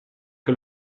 che